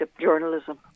journalism